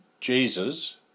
Jesus